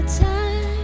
time